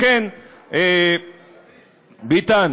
רק להבהיר עוד דבר